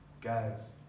guys